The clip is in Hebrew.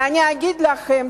ואני אגיד לכם,